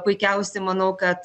puikiausi manau kad